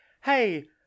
hey